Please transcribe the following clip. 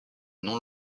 non